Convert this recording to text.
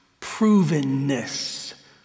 provenness